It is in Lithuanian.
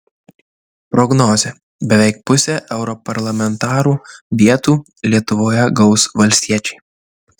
prognozė beveik pusę europarlamentarų vietų lietuvoje gaus valstiečiai